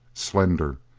slender,